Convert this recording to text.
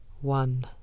One